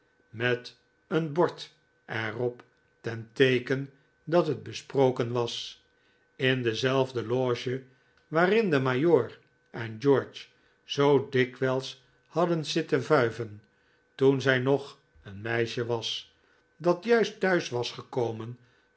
met een bord er op ten teeken dat het besproken was in dezelfde loge waar de majoor en george zoo dikwijls hadden zitten fuiven toen zij nog een meisje was dat juist thuis was gekomen